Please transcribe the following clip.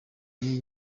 niyi